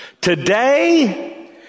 Today